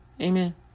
Amen